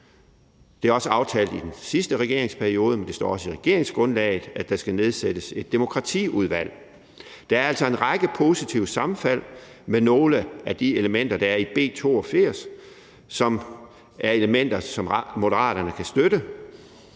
Det er aftalt i den sidste regeringsperiode, og det står også i regeringsgrundlaget, at der skal nedsættes et demokratiudvalg. Der er altså en række positive sammenfald med nogle af de elementer, der er i B 82, og som er elementer, som Moderaterne kan støtte.